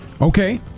Okay